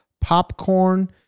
Popcorn